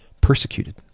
persecuted